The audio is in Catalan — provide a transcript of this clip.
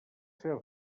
seva